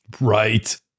Right